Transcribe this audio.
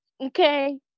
Okay